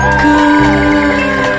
good